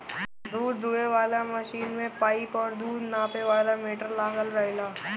दूध दूहे वाला मशीन में पाइप और दूध नापे वाला मीटर लागल रहेला